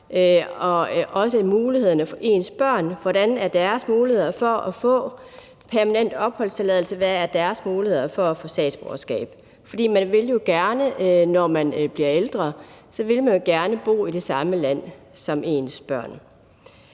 og også mulighederne for ens børn, og hvordan deres muligheder for at få permanent opholdstilladelse er, og hvad deres muligheder er for at få et statsborgerskab. For man vil jo gerne, når man bliver ældre, bo i det samme land som ens børn.